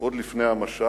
עוד לפני המשט.